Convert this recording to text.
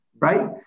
right